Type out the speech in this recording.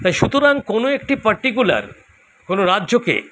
তাই সুতরাং কোনো একটি পার্টিকুলার কোনো রাজ্যকে